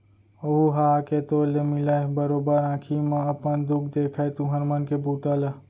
ओहूँ ह आके तोर ले मिलय, बरोबर आंखी म अपन खुद देखय तुँहर मन के बूता ल